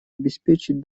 обеспечить